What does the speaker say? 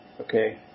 Okay